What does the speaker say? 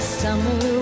summer